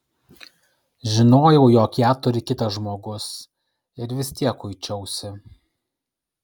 žinojau jog ją turi kitas žmogus ir vis tiek kuičiausi